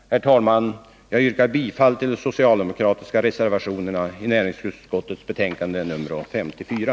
Herr talman! Jag yrkar bifall till de socialdemokratiska reservationerna vid näringsutskottets betänkande nr 54.